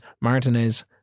Martinez